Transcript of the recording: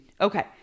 Okay